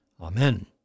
Amen